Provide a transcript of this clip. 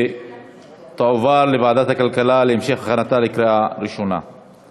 ותעבור להכנתה לקריאה ראשונה בוועדת הכלכלה.